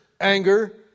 anger